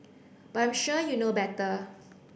but I'm sure you know better